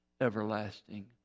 everlasting